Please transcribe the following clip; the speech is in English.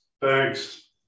Thanks